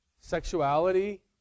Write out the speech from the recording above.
sexuality